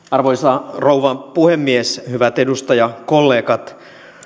arvoisa rouva puhemies hyvät edustajakollegat